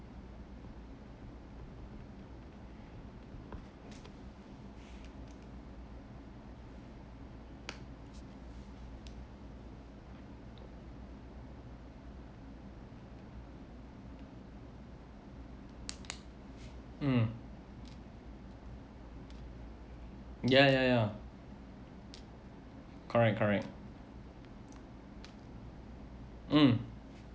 mm ya ya ya correct correct mm